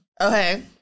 Okay